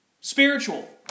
spiritual